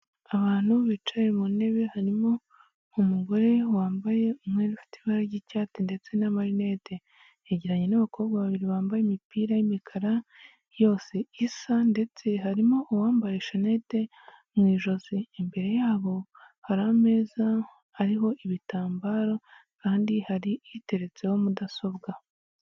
Abantu bicaye mu ntebe harimo umugore wambaye umwenda ufite ibara ry'icyatsi ndetse n'amarineti, hegeranye n'abakobwa babiri bambaye imipira y'imikara yose isa ndetse harimo uwambaye shanete mu ijosi, imbere yabo hari ameza ariho ibitambaro kandi hari iteretseho mudasobwa.